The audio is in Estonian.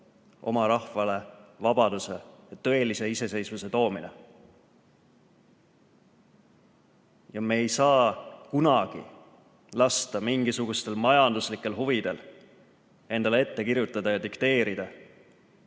oma rahvale vabaduse ja tõelise iseseisvuse toomine. Me ei tohiks kunagi lasta mingisugustel majanduslikel huvidel endale ette kirjutada ja dikteerida,